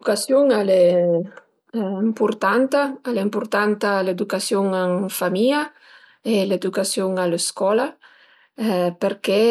L'edücasiun al e ëmpurtanta, al e ëmpurtanta l'edücasiun ën famìa e l'edücasiun a scola perché